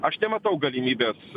aš nematau galimybės